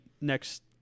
next